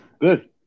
Good